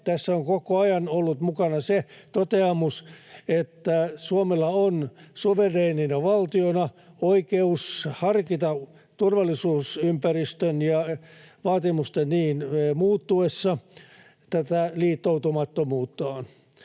tässä on koko ajan ollut mukana se toteamus, että Suomella on suvereenina valtiona oikeus harkita turvallisuusympäristön ja vaatimusten niin muuttuessa tätä liittoutumattomuuttaan.